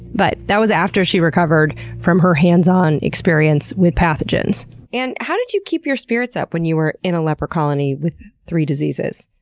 but that was after she recovered from her hands-on experience with pathogens and how did you keep your spirits up when you were in a leper colony with three diseases?